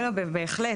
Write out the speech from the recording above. לא, בהחלט.